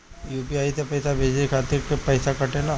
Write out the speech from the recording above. UPI से पइसा भेजने के खातिर पईसा कटेला?